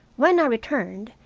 when i returned,